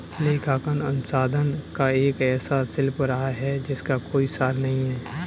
लेखांकन अनुसंधान एक ऐसा शिल्प रहा है जिसका कोई सार नहीं हैं